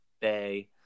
Bay